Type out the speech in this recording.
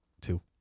two